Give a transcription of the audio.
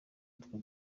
utwo